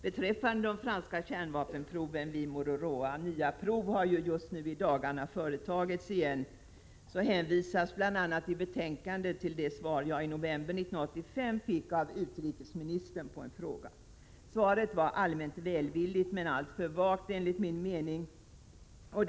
Beträffande de franska kärnvapenproven vid Muroroa — nya prov har företagits i dagarna — hänvisas i betänkandet till det svar jag i november 1985 fick av utrikesministern på en fråga. Svaret var allmänt välvilligt, men enligt min mening allför vagt.